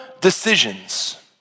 decisions